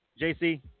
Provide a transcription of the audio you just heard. JC